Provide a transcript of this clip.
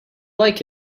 like